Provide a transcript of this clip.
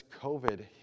COVID